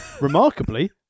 Remarkably